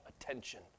attention